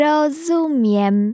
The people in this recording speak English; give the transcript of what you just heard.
Rozumiem